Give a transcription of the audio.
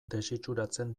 desitxuratzen